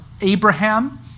Abraham